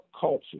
culture